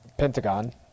Pentagon